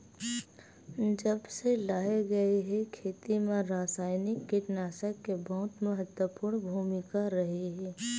जब से लाए गए हे, खेती मा रासायनिक कीटनाशक के बहुत महत्वपूर्ण भूमिका रहे हे